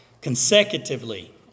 consecutively